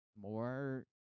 more –